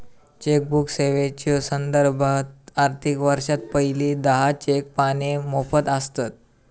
chequebook सेवेच्यो संदर्भात, आर्थिक वर्षात पहिली दहा चेक पाने मोफत आसतत